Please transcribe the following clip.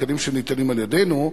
תקנים שניתנים על-ידינו,